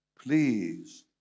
please